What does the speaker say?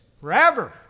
Forever